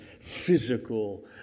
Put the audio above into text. physical